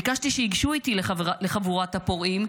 ביקשתי שייגשו איתי לחבורת הפורעים,